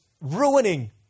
ruining